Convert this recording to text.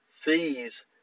sees